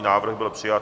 Návrh byl přijat.